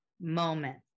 moment